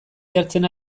jartzen